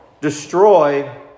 destroy